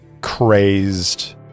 crazed